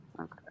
Okay